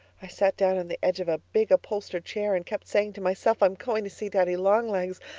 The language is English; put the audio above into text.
i sat down on the edge of a big upholstered chair and kept saying to myself i'm going to see daddy-long-legs!